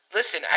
Listen